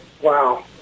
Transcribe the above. Wow